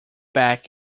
back